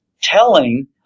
telling